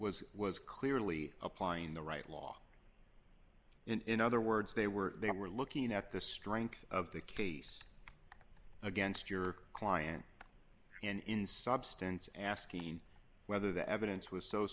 was was clearly applying the right law in other words they were they were looking at the strength of the case against your client in substance asking whether the evidence was so